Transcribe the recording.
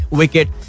wicket